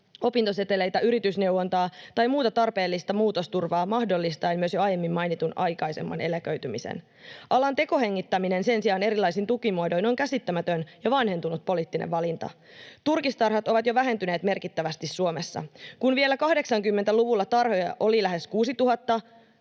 opintoseteleitä, yritysneuvontaa tai muuta tarpeellista muutosturvaa, mahdollistaen myös jo aiemmin mainitun aikaisemman eläköitymisen. Alan tekohengittäminen sen sijaan erilaisin tukimuodoin on käsittämätön ja vanhentunut poliittinen valinta. Turkistarhat ovat jo vähentyneet merkittävästi Suomessa. Kun vielä 80-luvulla tarhoja oli lähes 6 000,